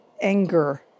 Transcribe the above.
anger